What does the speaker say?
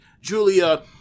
Julia